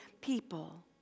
people